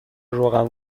روغن